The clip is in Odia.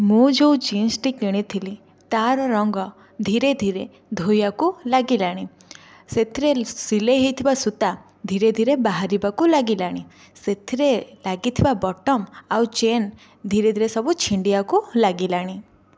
ମୁଁ ଯେଉଁ ଜିନ୍ସଟି କିଣିଥିଲି ତା'ର ରଙ୍ଗ ଧୀରେ ଧୀରେ ଧୋଇବାକୁ ଲାଗିଲାନି ସେଥିରେ ସିଲାଇ ହୋଇଥିବା ସୁତା ଧୀରେ ଧୀରେ ବାହାରିବାକୁ ଲାଗିଲାଣି ସେଥିରେ ଲାଗିଥିବା ବଟମ୍ ଆଉ ଚେନ୍ ଧୀରେ ଧୀରେ ସବୁ ଛିଣ୍ଡବାକୁ ଲାଗିଲାଣି